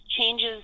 changes